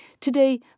Today